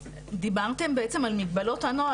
דיברתם בעצם על מגבלות הנוהל,